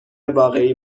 واقعی